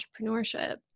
entrepreneurship